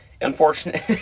Unfortunate